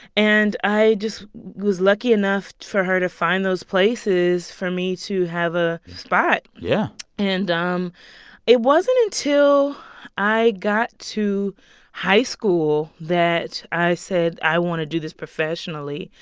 and i just was lucky enough for her to find those places for me to have a spot yeah and um it wasn't until i got to high school that i said i want to do this professionally.